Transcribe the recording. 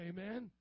Amen